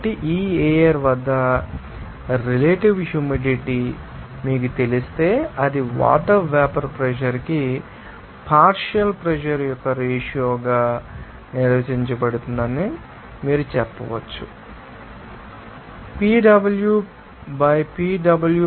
కాబట్టి ఈ ఎయిర్ వద్ద రిలేటివ్ హ్యూమిడిటీ మీకు తెలిస్తే అది వాటర్ వేపర్ ప్రెషర్ ానికి పార్షియల్ ప్రెషర్ యొక్క రేషియో గా నిర్వచించబడినందున మీరు చెప్పవచ్చు Pw by Pw of v 0